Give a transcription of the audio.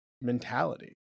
mentality